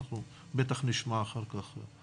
בטח נשמע אחר כך.